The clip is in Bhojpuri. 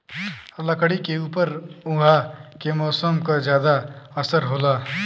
लकड़ी के ऊपर उहाँ के मौसम क जादा असर होला